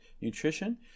nutrition